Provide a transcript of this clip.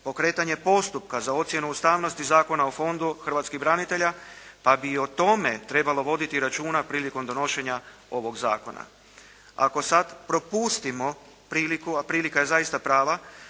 pokretanje postupka za ocjenu ustavnosti Zakona o Fondu hrvatskih branitelja pa bi i o tome trebalo voditi računa prilikom donošenja ovog zakona. Ako sad propustimo priliku, a prilika je zaista prava